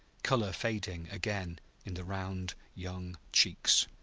color fading again in the round young cheeks.